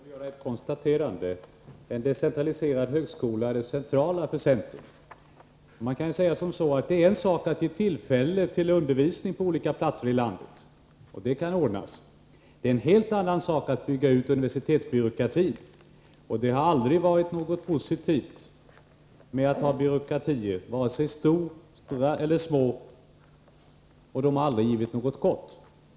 Herr talman! Låt mig göra ett konstaterande. En decentraliserad högskola är det centrala för centern. Det är en sak att ge tillfälle till undervisning på olika platser i landet — och det kan ordnas. Men det är en helt annan sak att bygga ut universitetsbyråkratin. Det har aldrig varit något positivt med att ha byråkratier — vare sig dessa är små eller stora har de aldrig medfört något gott.